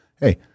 hey